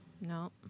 No